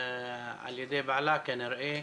על ידי בעלה כנראה,